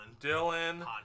Dylan